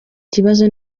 kibazo